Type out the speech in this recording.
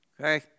Okay